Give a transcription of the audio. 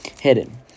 hidden